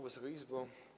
Wysoka Izbo!